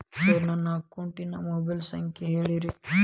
sir ನನ್ನ ಅಕೌಂಟಿನ mobile ಸಂಖ್ಯೆ ಹೇಳಿರಿ